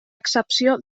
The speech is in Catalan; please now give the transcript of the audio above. excepció